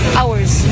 hours